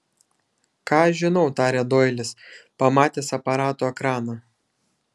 ką aš žinau tarė doilis pamatęs aparato ekraną